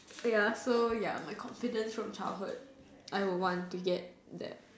ya so ya my confidence from childhood I would want to get that